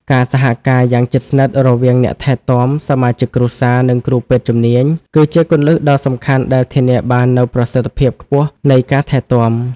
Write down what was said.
ការសហការយ៉ាងជិតស្និទ្ធរវាងអ្នកថែទាំ សមាជិកគ្រួសារ និងគ្រូពេទ្យជំនាញ គឺជាគន្លឹះដ៏សំខាន់ដែលធានាបាននូវប្រសិទ្ធភាពខ្ពស់នៃការថែទាំ។